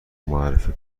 معرفی